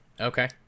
Okay